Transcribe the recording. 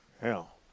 Hell